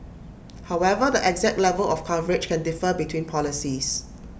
however the exact level of coverage can differ between policies